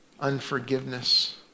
unforgiveness